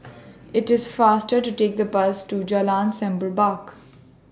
IT IS faster to Take The Bus to Jalan Semerbak